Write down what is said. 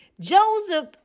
Joseph